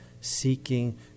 seeking